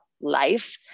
life